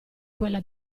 quella